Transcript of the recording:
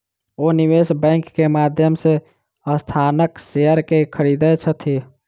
ओ निवेश बैंक के माध्यम से संस्थानक शेयर के खरीदै छथि